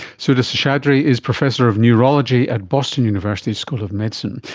sudha seshadri is professor of neurology at boston university's school of medicine.